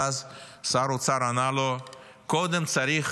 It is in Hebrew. ואז שר האוצר ענה לו: קודם צריך